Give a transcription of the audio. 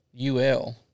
UL